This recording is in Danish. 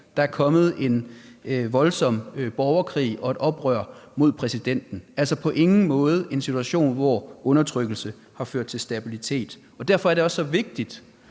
Der er kommet en voldsom borgerkrig og et oprør mod præsidenten. Altså, på ingen måde en situation, hvor undertrykkelse har ført til stabilitet. Derfor er det også så vigtigt,